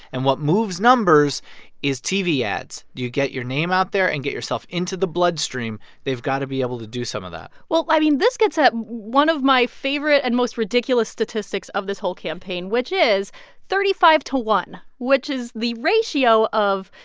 and what moves numbers is tv ads. ads. you get your name out there and get yourself into the bloodstream. they've got to be able to do some of that well, i mean, this gets at one of my favorite and most ridiculous statistics of this whole campaign, which is thirty five one, which is the ratio of,